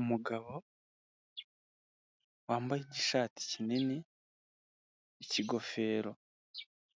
Umugabo wambaye igishati kinini ni kigofero